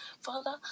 Father